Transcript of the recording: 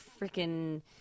freaking